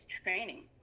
training